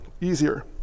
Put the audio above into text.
easier